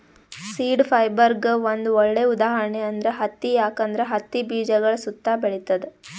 seed ಫೈಬರ್ಗ್ ಒಂದ್ ಒಳ್ಳೆ ಉದಾಹರಣೆ ಅಂದ್ರ ಹತ್ತಿ ಯಾಕಂದ್ರ ಹತ್ತಿ ಬೀಜಗಳ್ ಸುತ್ತಾ ಬೆಳಿತದ್